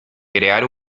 crear